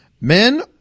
men